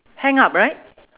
hang up right